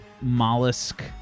mollusk